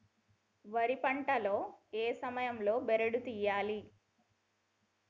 వరి పంట లో ఏ సమయం లో బెరడు లు తియ్యాలి?